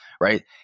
right